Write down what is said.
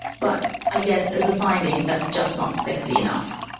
but i guess as a finding that's just not sexy enough.